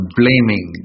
blaming